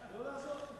לא לעזור?